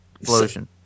explosion